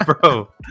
bro